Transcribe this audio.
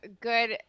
good